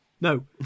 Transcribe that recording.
No